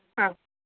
ആ